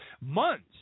months